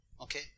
Okay